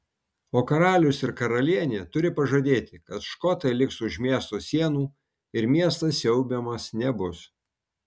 o karalius ir karalienė turi pažadėti kad škotai liks už miesto sienų ir miestas siaubiamas nebus